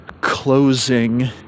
closing